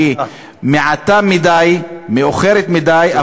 היא מעטה מדי ומאוחרת מדי,